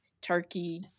turkey